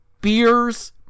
beers